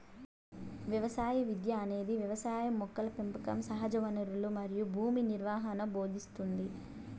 వ్యవసాయ విద్య అనేది వ్యవసాయం మొక్కల పెంపకం సహజవనరులు మరియు భూమి నిర్వహణను భోదింస్తుంది